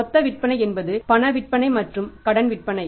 மொத்த விற்பனை என்பது பண விற்பனை மற்றும் கடன் விற்பனை